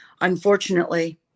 Unfortunately